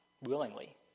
willingly